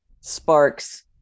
sparks